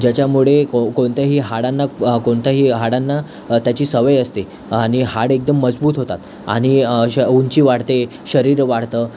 ज्याच्यामुळे को कोणत्याही हाडांना कोणत्याही हाडांना त्याची सवय असते आणि हाड एकदम मजबूत होतात आणि श उंची वाढते शरीर वाढतं